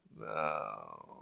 No